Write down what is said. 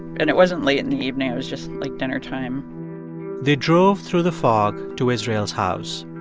and it wasn't late in the evening. it was just, like, dinnertime they drove through the fog to israel's house.